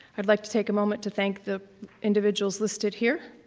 i'd like to take a moment to thank the individuals listed here.